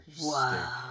Wow